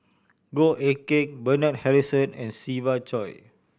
Goh Eck Kheng Bernard Harrison and Siva Choy